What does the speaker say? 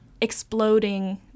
exploding